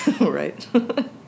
right